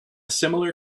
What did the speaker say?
similar